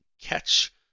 catch